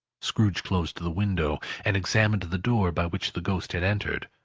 scrooge closed the window, and examined the door by which the ghost had entered.